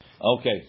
Okay